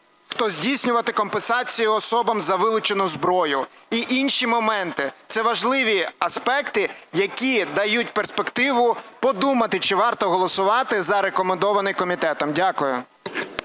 хто здійснюватиме компенсацію особам за вилучену зброю, й інші моменти. Це важливі аспекти, які дають перспективу подумати, чи варто голосувати за рекомендований комітетом. Дякую.